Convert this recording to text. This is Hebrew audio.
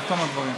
עם אותם הדברים?